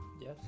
Yes